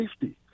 safety